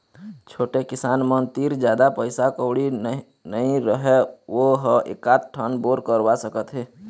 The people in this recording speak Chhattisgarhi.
छोटे किसान मन तीर जादा पइसा कउड़ी नइ रहय वो ह एकात ठन बोर करवा सकत हे